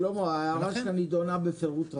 שלמה, ההערה שלך נידונה בפירוט רב.